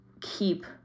keep